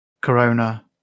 Corona